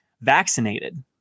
vaccinated